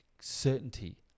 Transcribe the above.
certainty